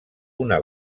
una